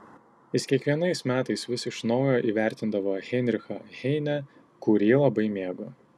jis kiekvienais metais vis iš naujo įvertindavo heinrichą heinę kurį labai mėgo